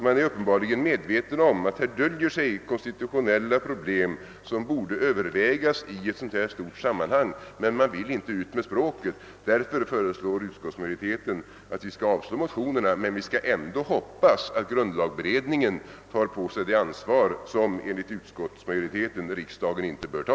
Man är uppenbarligen medveten om att här döljer sig konstitutionella problem, som borde övervägas i ett så stort sammanhang som detta, men man vill inte ut med språket. Därför föreslår utskottsmajoriteten att vi skall avslå motionerna, men vi skall ändå hoppas att grundlagberedningen tar på sig det ansvar som enligt utskottsmajoriteten riksdagen inte bör ta.